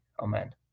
Amen